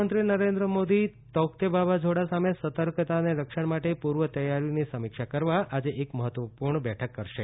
પ્રધાનમંત્રી નરેન્દ્ર મોદી તૌકતે વાવાઝોડા સામે સતર્કતા અને રક્ષણ માટે પ્રર્વ તૈયારીઓની સમીક્ષા કરવા આજે એક મહત્વપૂર્ણ બેઠક કરશે